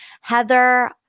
Heather